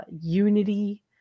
unity